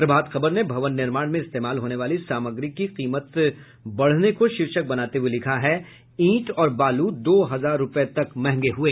प्रभात खबर ने भवन निर्माण में इस्तेमाल होने वाली सामग्री की कीमत बढ़ने को शीर्षक बनाते हुए लिखा है ईंट और बालू दो हजार रूपये तक महंगे हुए